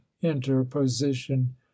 interposition